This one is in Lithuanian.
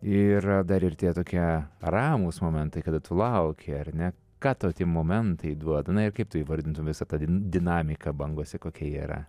yra dar ir tie tokie ramūs momentai kada tu lauki ar ne ką tau tie momentai duoda ir kaip tu įvardintų visą tą dinamiką bangose kokia ji yra